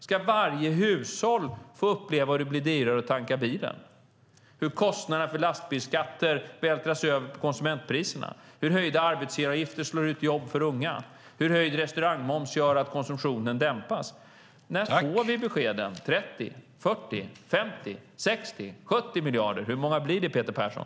Ska varje hushåll få uppleva hur det blir dyrare att tanka bilen, hur kostnaderna för lastbilsskatter vältras över på konsumentpriserna, hur höjda arbetsgivaravgifter slår ut jobb för unga, hur höjd restaurangmoms gör att konsumtionen dämpas? När får vi beskeden? Blir det 30, 40, 50, 60 eller 70 miljarder? Hur många blir det, Peter Persson?